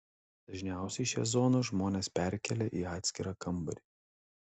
dažniausiai šią zoną žmonės perkelia į atskirą kambarį